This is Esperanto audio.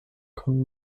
kun